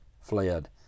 fled